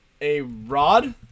a-rod